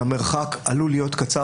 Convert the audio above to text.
המרחק עלול להיות קצר.